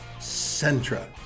Sentra